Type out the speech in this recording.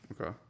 Okay